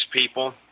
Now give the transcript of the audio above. people